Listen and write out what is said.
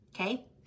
Okay